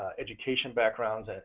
education backgrounds. and